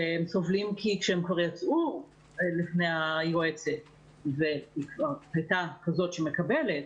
הם סובלים כי כשהם כבר יצאו לפני היועצת והיא כבר כזאת שמקבלת,